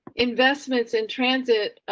investments in transit,